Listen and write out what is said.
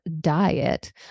diet